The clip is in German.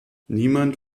niemand